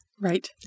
Right